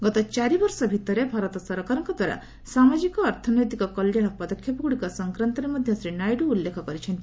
ଗତ ଚାରି ବର୍ଷ ଭିତରେ ଭାରତ ସରକାରଙ୍କ ଦ୍ୱାରା ସାମାଜିକ ଅର୍ଥନୈତିକ କଲ୍ୟାଣ ପଦକ୍ଷେପଗୁଡ଼ିକ ସଂକ୍ରାନ୍ତରେ ମଧ୍ୟ ଶ୍ରୀ ନାଇଡ଼ୁ ଉଲ୍ଲେଖ କରିଛନ୍ତି